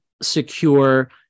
secure